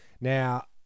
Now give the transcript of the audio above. Now